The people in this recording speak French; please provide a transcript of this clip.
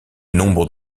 nombre